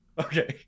okay